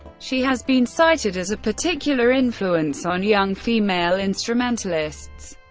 she has been cited as a particular influence on young female instrumentalists,